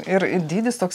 ir i dydis toks